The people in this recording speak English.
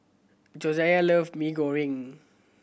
Josiah love Mee Goreng